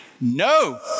no